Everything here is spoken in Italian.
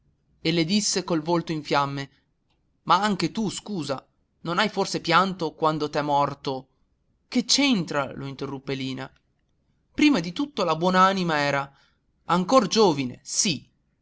e le disse col volto in fiamme ma anche tu scusa non hai forse pianto quando t'è morto che c'entra lo interruppe lina prima di tutto la buon'anima era ancor giovane sì